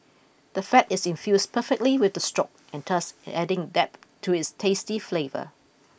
the fat is infused perfectly with the stock and thus adding depth to its tasty flavour